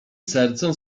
sercem